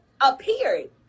appeared